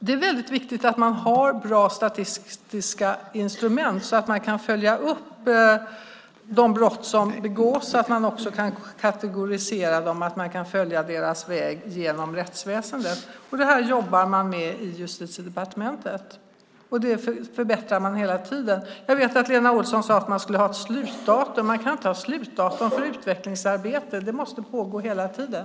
Det är väldigt viktigt att man har bra statistiska instrument så att man kan följa upp de brott som begås, så att man också kan kategorisera dem och följa deras väg genom rättsväsendet. Det jobbar man med i Justitiedepartementet, och det förbättrar man hela tiden. Lena Olsson sade att man skulle ha ett slutdatum. Man kan inte ha ett slutdatum för utvecklingsarbete. Det måste pågå hela tiden.